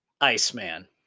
Iceman